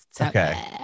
Okay